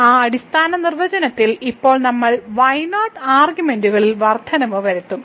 ആ അടിസ്ഥാന നിർവചനത്തിൽ ഇപ്പോൾ നമ്മൾ y0 ആർഗ്യുമെന്റുകളിൽ വർദ്ധനവ് വരുത്തും